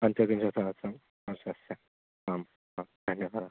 पञ्चविंशत्सहस्रं वर्षस्य आं हा धन्यवादः